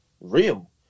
real